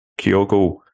Kyogo